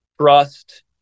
Trust